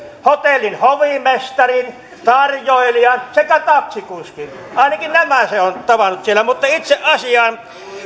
hotellin hovimestarin tarjoilijan sekä taksikuskin ainakin nämä se on tavannut siellä mutta itse asiaan